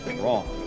wrong